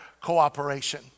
cooperation